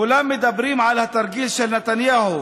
כולם מדברים על התרגיל של נתניהו,